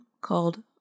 called